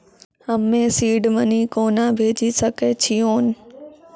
हम्मे seed money कोना भेजी सकै छिओंन